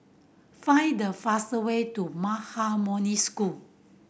find the fastest way to Maha Moni School